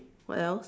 what else